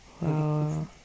Wow